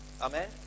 Amen